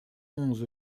onze